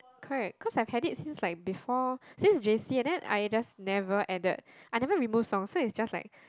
correct cause I hate it since like before since J_C and then I just never added I never removed songs so it just like